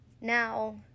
now